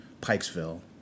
Pikesville